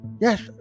yes